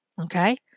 Okay